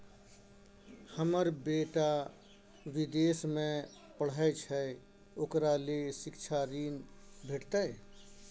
हमर बेटा विदेश में पढै छै ओकरा ले शिक्षा ऋण भेटतै?